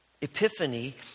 epiphany